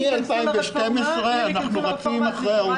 מ-2012 אנחנו רצים אחרי האוצר.